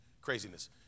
craziness